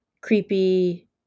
creepy